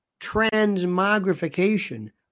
Transmogrification